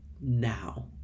now